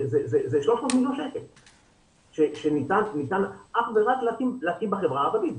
זה 300 מיליון שניתן אך ורק להקים בחברה הערבית.